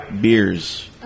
beers